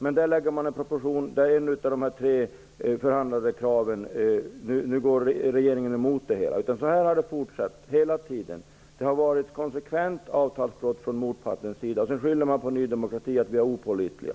Men nu läggs proposition 220 fram, där regeringen går emot det hela. Så här har det fortsatt hela tiden. Det har varit konsekventa avtalsbrott från motpartens sida, och sedan skyller man på Ny demokrati och säger att vi är opålitliga.